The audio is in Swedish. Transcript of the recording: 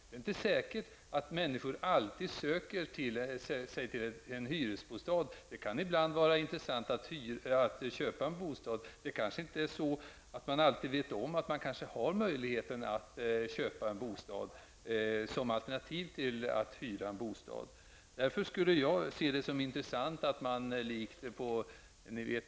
Det är inte säkert att människor alltid söker en hyresbostad. Det kan ibland vara intressant att köpa en bostad. Det kanske inte alltid är så att man vet om att man har möjligheten att köpa en bostad som alternativ till att hyra en. Därför skulle jag se det som intressant.